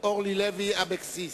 אורלי לוי אבקסיס.